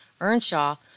Earnshaw